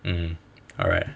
mm alright